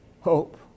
Hope